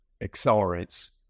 accelerates